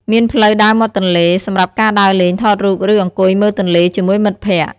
មានផ្លូវដើរមាត់ទន្លេ សម្រាប់ការដើរលេង ថតរូប ឬអង្គុយមើលទន្លេជាមួយមិត្តភក្តិ។